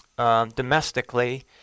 domestically